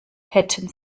hätten